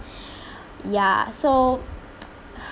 ya so